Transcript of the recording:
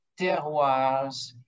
terroirs